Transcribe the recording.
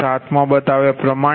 7 માં બતાવ્યા પ્રમાણે